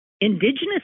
indigenous